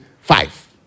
five